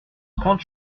trente